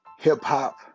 Hip-hop